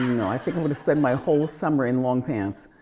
no, i think i'm gonna spend my whole summer in long pants.